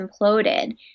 imploded